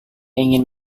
ingin